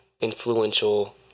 influential